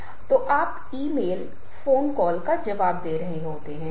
लेखक और इरादा मैं क्या संवाद करना चाहता हूं